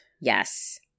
Yes